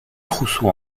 trousseau